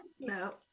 no